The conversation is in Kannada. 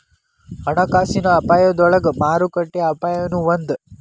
ಹಣಕಾಸಿನ ಅಪಾಯದೊಳಗ ಮಾರುಕಟ್ಟೆ ಅಪಾಯನೂ ಒಂದ್